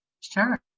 Sure